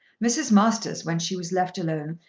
mrs. masters, when she was left alone,